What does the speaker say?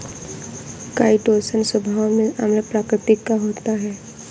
chitosan स्वभाव में अम्ल प्रकृति का होता है